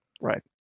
Right